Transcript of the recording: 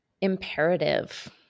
imperative